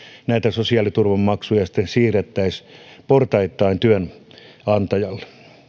näitä sosiaaliturvamaksuja sitten siirrettäisiin portaittain työnantajalle